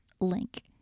link